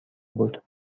بود